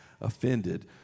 offended